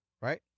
right